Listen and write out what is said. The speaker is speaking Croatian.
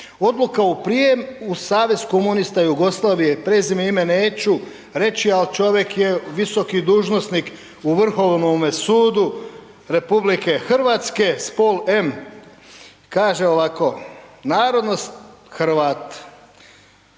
Odluka o prijem u Savez komunista Jugoslavije, prezime i ime neću reći, al čovjek je visoki dužnosnik u Vrhovnom sudu RH, spol M, kaže ovako, narodnost Hrvat,